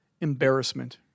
embarrassment